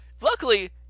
Luckily